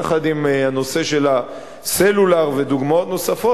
יחד עם הנושא של הסלולר ודוגמאות נוספות,